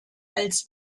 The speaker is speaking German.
als